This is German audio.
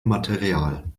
material